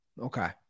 Okay